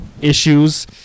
issues